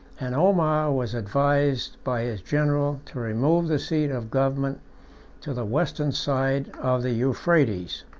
and omar was advised by his general to remove the seat of government to the western side of the euphrates.